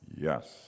Yes